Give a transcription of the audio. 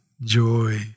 joy